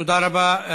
תודה רבה.